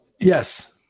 Yes